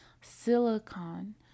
silicon